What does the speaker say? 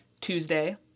Tuesday